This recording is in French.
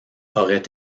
aurait